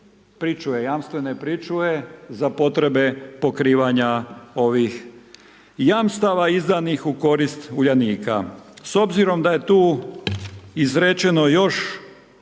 jamstvene pričuve, za potrebe pokrivanja ovih jamstava izdana u korist Uljanika. S obzirom da je tu izrečeno još